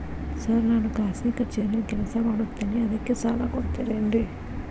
Sir ನಾನು ಖಾಸಗಿ ಕಚೇರಿಯಲ್ಲಿ ಕೆಲಸ ಮಾಡುತ್ತೇನೆ ಅದಕ್ಕೆ ಸಾಲ ಕೊಡ್ತೇರೇನ್ರಿ?